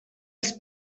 els